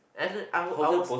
as in I I was